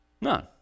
None